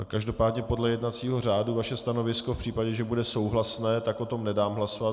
Každopádně podle jednacího řádu vaše stanovisko v případě, že bude souhlasné, tak o tom nedám hlasovat.